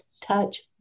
touch